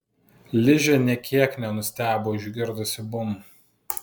ližė nė kiek nenustebo išgirdusi bum